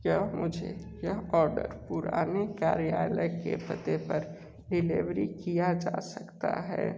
क्या मुझे यह ऑर्डर पुराने कार्यालय के पते पर डिलेवरी किया जा सकता है